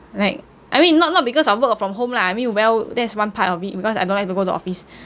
like I mean not not because of work from home lah I mean well that's one part of it because I don't like to go to office